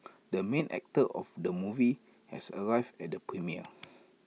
the main actor of the movie has arrived at the premiere